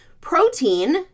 Protein